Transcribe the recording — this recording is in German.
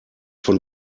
von